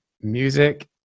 music